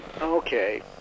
Okay